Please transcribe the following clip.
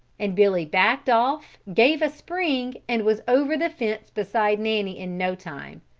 and billy backed off, gave a spring and was over the fence beside nanny in no time.